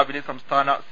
രാവിലെ സംസ്ഥാന സി